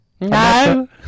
No